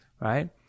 right